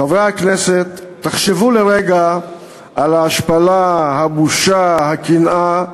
חברי הכנסת, תחשבו לרגע על ההשפלה, הבושה, הקנאה,